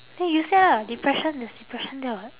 then use that lah depression is depression there what